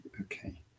Okay